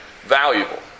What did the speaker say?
valuable